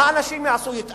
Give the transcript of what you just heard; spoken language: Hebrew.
מה אנשים יעשו, יתאדו?